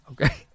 Okay